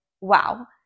wow